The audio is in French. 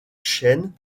chaîne